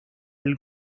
del